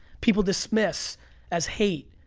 people dismiss as hate,